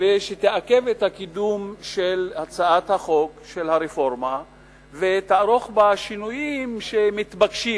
ותעכב את הקידום של הצעת החוק של הרפורמה ותערוך בה שינויים שמתבקשים,